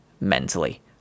mentally